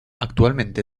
actualmente